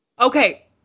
Okay